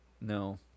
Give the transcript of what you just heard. No